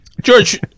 George